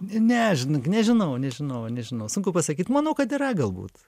ne žinok nežinau nežinau nežinau sunku pasakyt manau kad yra galbūt